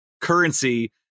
currency